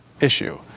issue